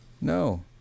no